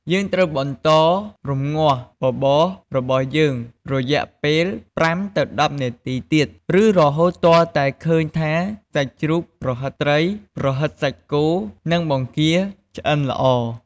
យើងត្រូវបន្តរំងាស់បបររបស់យើងរយៈពេល ៥ ទៅ ១០ នាទីទៀត ឬរហូតទាល់តែឃើញថាសាច់ជ្រូក ប្រហិតត្រី ប្រហិតសាច់គោ និងបង្គាឆ្អិនល្អ។